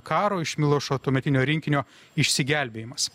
karo iš milošo tuometinio rinkinio išsigelbėjimas